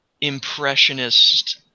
impressionist